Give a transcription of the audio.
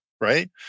right